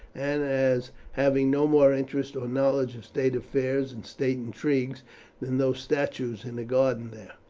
and as having no more interest or knowledge of state affairs and state intrigues than those statues in the garden there.